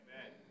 Amen